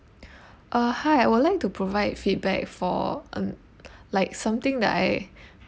uh hi I would like to provide feedback for uh like something that I